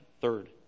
third